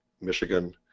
Michigan